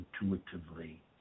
intuitively